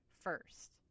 first